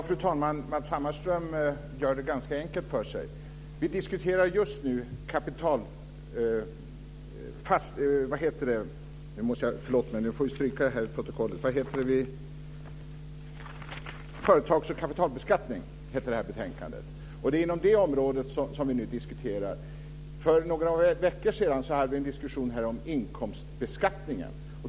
Fru talman! Matz Hammarström gör det ganska enkelt för sig. Vi diskuterar just nu ett betänkande om företags och kapitalbeskattning. Det är inom det området som vi nu diskuterar. För några veckor sedan hade vi en diskussion om inkomstbeskattningen.